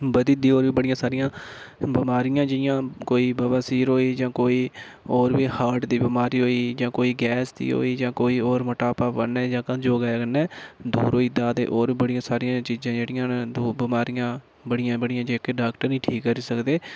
बधदी होर बड़िया सारियां बमारियां जियां कोई बबासीर होई जां कोई होर बी हार्ट दी बमारी होई जां कोई गैस दी होई जां कोई होर मटापा बनने योगें कन्नै दूर होई जंदा ते होर बड़ी सारियां चीज़ा जेह्ड़ियां न ते ओह् बमारियां बड़ियां बड़ियां जेह्ड़ियां डाक्टर नी ठीक करी सकदे